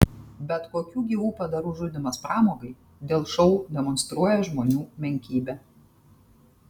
bet kokių gyvų padarų žudymas pramogai dėl šou demonstruoja žmonių menkybę